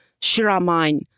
shiramine